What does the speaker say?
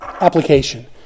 application